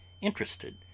interested